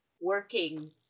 working